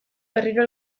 berriro